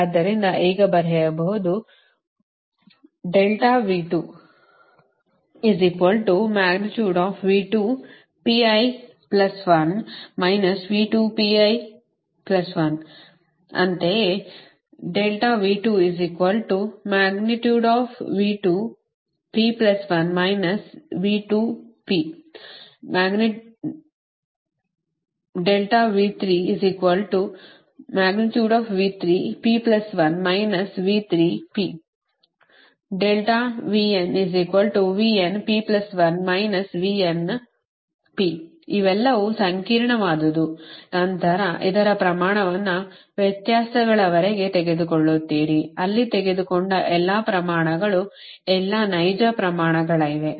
ಆದ್ದರಿಂದ ಈಗ ಬರೆಯಬಹುದು ಅಂತೆಯೇ ಇವೆಲ್ಲವೂ ಸಂಕೀರ್ಣವಾದವು ನಂತರ ಇದರ ಪ್ರಮಾಣವನ್ನು ವ್ಯತ್ಯಾಸಗಳವರೆಗೆ ತೆಗೆದುಕೊಳ್ಳುತ್ತೀರಿ ಅಲ್ಲಿ ತೆಗೆದುಕೊಂಡ ಎಲ್ಲಾ ಪ್ರಮಾಣಗಳು ಎಲ್ಲಾ ನೈಜ ಪ್ರಮಾಣಗಳಿವೆ